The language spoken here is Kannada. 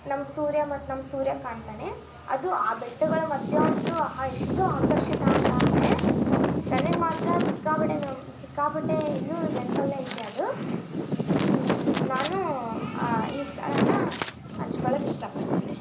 ನಮ್ಮ ಸೂರ್ಯ ಮತ್ತೆ ನಮ್ಮ ಸೂರ್ಯ ಕಾಣ್ತಾನೆ ಅದು ಆ ಬೆಟ್ಟಗಳ ಮಧ್ಯ ಅಂತು ಆಹಾ ಎಷ್ಟು ಆಕರ್ಷಕ ಅಂತ ಅಂದರೆ ನನಗೆ ಮಾತ್ರ ಸಿಕ್ಕಾಪಟ್ಟೆ ನಮ್ಮ ಸಿಕ್ಕಾಪಟ್ಟೆ ಇನ್ನು ನೆನಪಲ್ಲೆ ಐತೆ ಅದು ನಾನು ಈ ಸ್ಥಳನ ಹಂಚ್ಕೊಳಕ್ ಇಷ್ಟ ಪಡ್ತೀನಿ